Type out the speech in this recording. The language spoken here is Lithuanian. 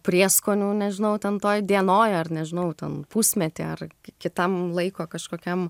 prieskonių nežinau ten toj dienoj ar nežinau ten pusmety ar kitam laiko kažkokiam